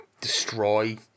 destroy